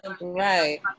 right